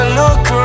look